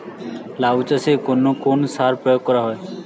লাউ চাষে কোন কোন সার প্রয়োগ করা হয়?